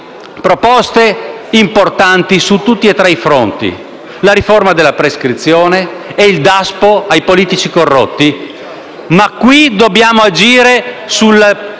proposte importanti su tutti e tre i fronti: la riforma della prescrizione e il DASPO ai politici corrotti. Ma qui dobbiamo agire sul